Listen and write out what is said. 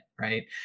right